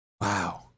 Wow